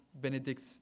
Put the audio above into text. Benedict